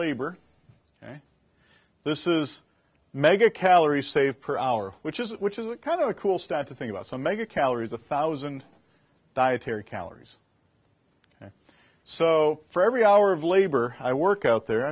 labor and this is mega calorie save per hour which is which is kind of a cool stat to think about some mega calories a thousand dietary calories so for every hour of labor i work out there